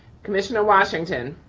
commissioner washington.